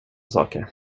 saker